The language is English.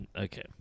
Okay